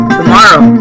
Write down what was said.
tomorrow